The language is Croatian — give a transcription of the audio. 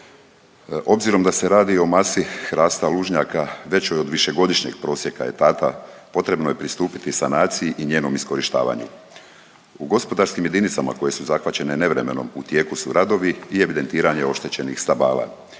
Obzirom da se radi o masi hrasta lužnjaka većoj od višegodišnjeg prosjeka etata, potrebno je pristupiti sanaciji i njenom iskorištavanju. U gospodarskim jedinicama koje su zahvaćene nevremenom, u tijeku su radovi i evidentiranje oštećenih stabala.